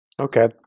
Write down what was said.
Okay